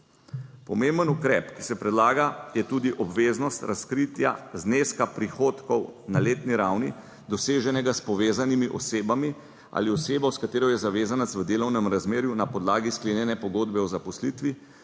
Pomemben ukrep, ki se predlaga je tudi obveznost razkritja zneska prihodkov na letni ravni, doseženega s povezanimi osebami ali osebo s katero je zavezanec v delovnem razmerju na podlagi sklenjene pogodbe o zaposlitvi,